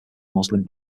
muslim